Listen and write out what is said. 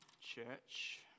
church